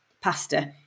pasta